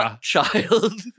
child